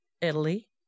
Italy